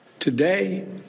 Today